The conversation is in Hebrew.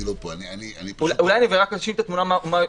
אולי אני רק אשלים את התמונה.